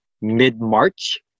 mid-March